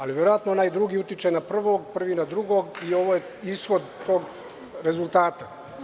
Ali, verovatno onaj drugi utiče na prvog, prvi na drugog i ovo je ishod tog rezultata.